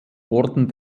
orden